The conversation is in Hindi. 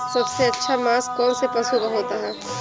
सबसे अच्छा मांस कौनसे पशु का होता है?